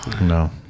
No